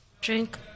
Drink